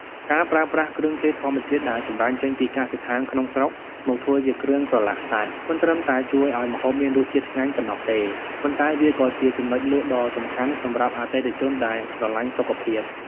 ការប្រើប្រាស់គ្រឿងទេសធម្មជាតិដែលចម្រាញ់ចេញពីកសិដ្ឋានក្នុងស្រុកមកធ្វើជាគ្រឿងប្រឡាក់សាច់ មិនត្រឹមតែជួយឱ្យម្ហូបមានរសជាតិឆ្ងាញ់ប៉ុណ្ណោះទេ ប៉ុន្តែវាក៏ជាចំណុចលក់ដ៏សំខាន់សម្រាប់អតិថិជនដែលស្រឡាញ់សុខភាព។